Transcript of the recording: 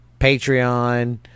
Patreon